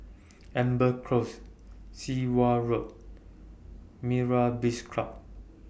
Amber Close Sit Wah Road Myra's Beach Club